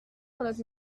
notre